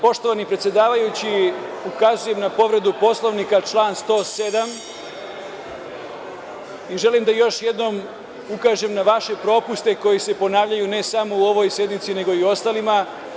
Poštovani predsedavajući, ukazujem na povredu Poslovnika član 107. i želim da još jednom ukažem na vaše propuste koji se ponavljaju, ne samo u ovoj sednici, nego i u ostalim.